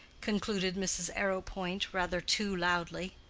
concluded mrs. arrowpoint, rather too loudly.